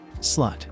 Slut